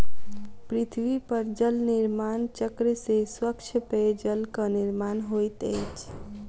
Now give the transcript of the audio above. पृथ्वी पर जल निर्माण चक्र से स्वच्छ पेयजलक निर्माण होइत अछि